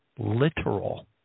Literal